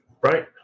Right